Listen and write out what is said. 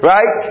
Right